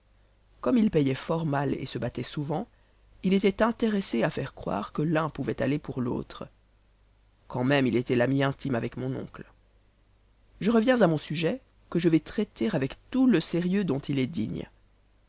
comme il payait fort mal et se battait souvent il était intéressé à faire croire que l'un pouvait aller pour l'autre quand même il était l'ami intime avec mon oncle je reviens à mon sujet que je vais traiter avec tout le sérieux dont il est digne